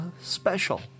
special